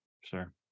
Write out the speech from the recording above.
Sure